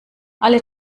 alle